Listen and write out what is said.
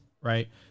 right